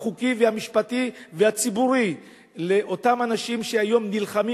החוקי והמשפטי והציבורי לאותם אנשים שהיום נלחמים,